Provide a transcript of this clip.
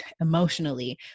emotionally